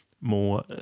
more